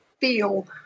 feel